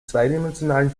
zweidimensionalen